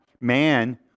man